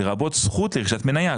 לרבות זכות לרכישת מניה,